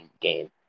game